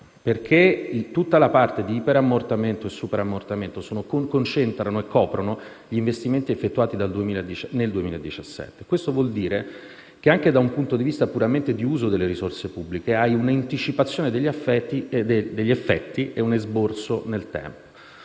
perché in tutta la parte di iperammortamento e superammortamento coprono gli investimenti effettuati nel 2017. Questo vuol dire che, anche dal punto di vista puramente di uso delle risorse pubbliche, si ha un'anticipazione degli effetti e un esborso nel tempo.